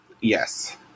Yes